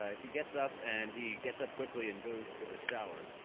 ah he gets up and he gets up quickly and goes to the shower.